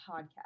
podcast